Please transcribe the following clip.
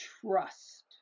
Trust